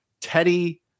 Teddy